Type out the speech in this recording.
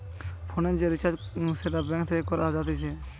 ফোনের যে রিচার্জ সেটা ব্যাঙ্ক থেকে করা যাতিছে